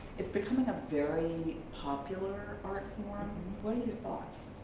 it's becoming a very popular art form. what are your thoughts?